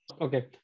Okay